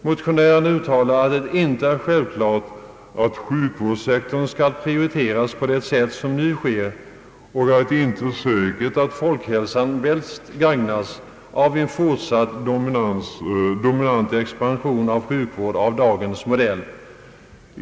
Motionärerna uttalar att det inte är självklart att sjukvårdssektorn skall prioriteras på det sätt som nu sker och att det inte är säkert att folkhälsan bäst gagnas av en fortsatt dominant sjukvård av dagens modell.